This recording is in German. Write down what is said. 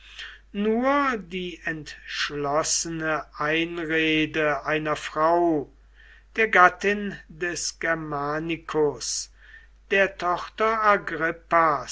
nur die entschlossene einrede einer frau der gattin des germanicus der tochter